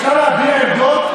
לחם, עבודה.